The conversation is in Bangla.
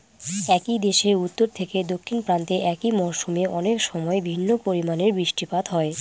একই দেশের উত্তর থেকে দক্ষিণ প্রান্তে একই মরশুমে অনেকসময় ভিন্ন পরিমানের বৃষ্টিপাত হয়